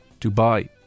Dubai